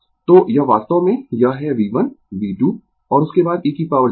तो यह वास्तव में यह है V1 V2 और उसके बाद e jθ 1θ2